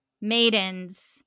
Maiden's